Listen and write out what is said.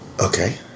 Okay